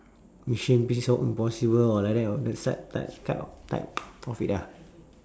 mission peace out impossible or like that of sub type kind of type of it ah